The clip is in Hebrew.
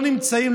לא נמצאים,